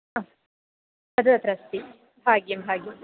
ह तद् अत्र अस्ति भाग्यं भाग्यम्